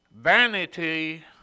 Vanity